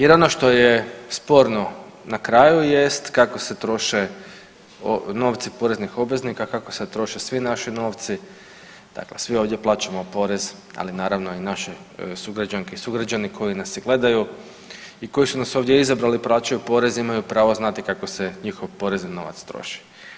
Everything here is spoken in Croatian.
Jer ono što je sporno na kraju jest kako se troše novci poreznih obveznika, kako se troše svi naši novci, dakle svi ovdje plaćamo porez, ali naravno i naši sugrađanke i sugrađani koji nas i gledaju i koji su nas ovdje izabrali, plaćaju porez i imaju pravo znati kako se njihov porezni novac troši.